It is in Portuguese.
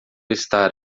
estar